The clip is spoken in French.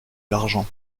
l’argent